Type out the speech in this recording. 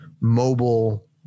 mobile